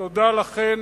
תודה לכם.